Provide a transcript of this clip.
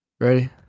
Ready